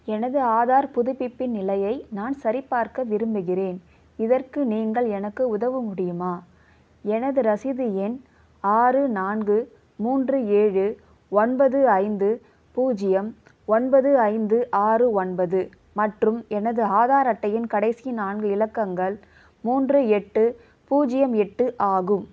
எனது ஆதார் புதுப்பிப்பு நிலையை நான் சரிபார்க்க விரும்புகிறேன் இதற்கு நீங்கள் எனக்கு உதவ முடியுமா எனது ரசீது எண் ஆறு நான்கு மூன்று ஏழு ஒன்பது ஐந்து பூஜ்ஜியம் ஒன்பது ஐந்து ஆறு ஒன்பது மற்றும் எனது ஆதார் அட்டையின் கடைசி நான்கு இலக்கங்கள் மூன்று எட்டு பூஜ்ஜியம் எட்டு ஆகும்